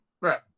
Right